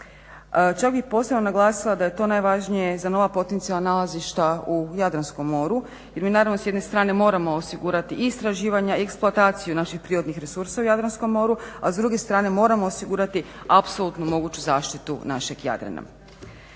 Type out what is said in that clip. Čak bih posebno naglasila da je to najvažnije za nova potencijalna nalazišta u Jadranskom moru jer mi naravno s jedne strane moramo osigurati i istraživanja i eksploataciju naših prirodnih resursa u Jadranskom moru, a s druge strane moramo osigurati apsolutno moguću zaštitu našeg Jadrana.